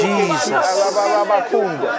Jesus